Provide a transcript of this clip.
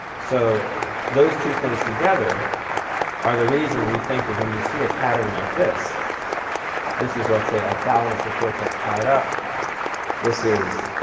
so those two things together are the reason we think that when you see a pattern like this this is, let's say, like thalamus and cortex tied up this is